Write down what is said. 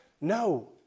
No